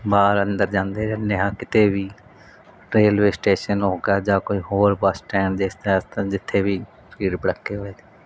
ਬਾਹਰ ਅੰਦਰ ਜਾਂਦੇ ਰਹਿੰਦੇ ਹਾਂ ਕਿਤੇ ਵੀ ਰੇਲਵੇ ਸਟੇਸ਼ਨ ਹੋ ਗਿਆ ਜਾਂ ਕੋਈ ਹੋਰ ਬਸ ਸਟੈਂਡ ਦਿਸਦਾ ਇਸ ਤਰ੍ਹਾਂ ਜਿੱਥੇ ਵੀ ਭੀੜ ਭੜੱਕੇ